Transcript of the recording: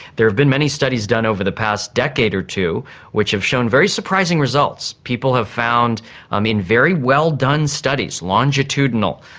there have been many studies done over the past decade or two which have shown very surprising results. people have found um in very well done studies, longitudinal,